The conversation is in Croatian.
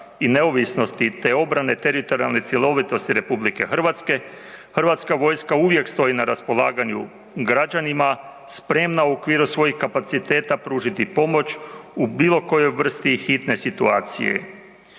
i neovisnosti te obrane teritorijalne cjelovitosti Republike Hrvatske, Hrvatska vojska uvijek stoji na raspolaganju građanima spremna u okviru svojih kapaciteta pružiti pomoć u bilo kojoj vrsti hitne situacije.